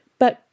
But